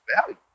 value